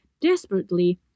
desperately